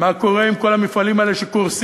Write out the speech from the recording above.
מה קורה עם כל המפעלים האלה שקורסים,